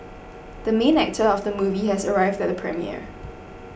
the main actor of the movie has arrived at the premiere